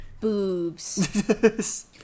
boobs